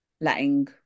letting